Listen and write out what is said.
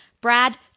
Brad